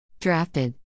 Drafted